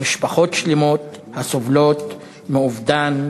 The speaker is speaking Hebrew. משפחות שלמות הסובלות מאובדן,